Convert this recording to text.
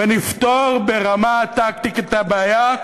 ונפתור ברמה טקטית את הבעיה.